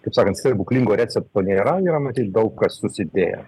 kaip sakant stebuklingo recepto nėra yra matyt daug kas susidėję